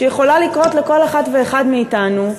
שיכולה לקרות לכל אחת ואחד מאתנו,